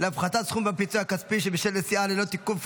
להפחתת סכום הפיצוי הכספי בשל נסיעה ללא תיקוף